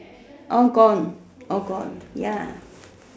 all gone all gone ya